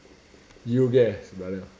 you guess brother